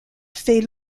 fait